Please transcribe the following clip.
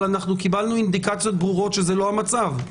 אבל קיבלנו אינדיקציות ברורות שזה לא המצב.